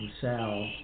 Sal